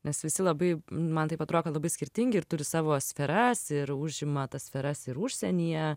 nes visi labai man taip atro kad labai skirtingi ir turi savo sferas ir užima tas sferas ir užsienyje